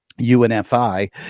UNFI